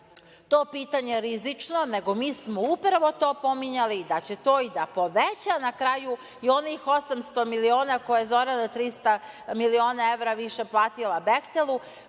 to pitanje rizično, nego mi smo upravo to pominjali, da će to i da poveća na kraju i onih 800 miliona koje je Zorana 300 miliona evra više platila „Behtelu“,